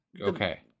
Okay